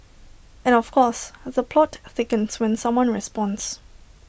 and of course the plot thickens when someone responds